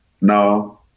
no